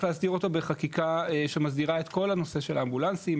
להסדיר אותו בחקיקה שמסדירה את כל הנושא של האמבולנסים,